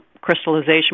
crystallization